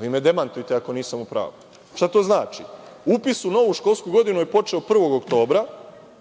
Vi me demantujte ako nisam u pravu. Šta to znači? Upis u novu školsku godinu je počeo 1. oktobra.